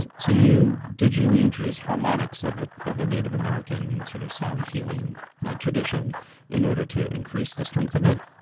and so you digitally introduce harmonics of but of a native american sort of sound healing tradition in order to increase the strength of it